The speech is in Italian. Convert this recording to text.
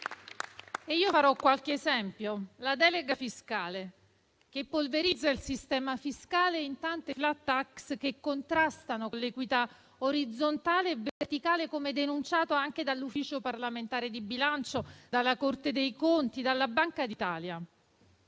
Farò qualche esempio: la delega fiscale polverizza il sistema fiscale in tante *flat tax* che contrastano con l'equità orizzontale e verticale, come denunciato anche dall'Ufficio parlamentare di bilancio, dalla Corte dei conti e dalla Banca d'Italia.